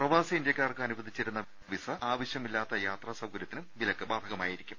പ്രവാസി ഇന്ത്യക്കാർക്ക് അനുവദിച്ചിരുന്ന വിസ ആവശ്യമില്ലാത്ത യാത്രാ സൌക ര്യത്തിനും വിലക്ക് ബാധകമായിരിക്കും